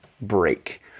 break